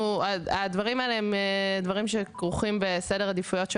הדברים האלה כרוכים בסדר עדיפויות של